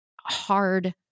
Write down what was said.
hard